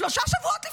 שלושה שבועות לפני.